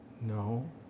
no